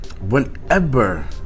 whenever